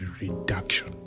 reduction